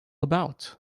about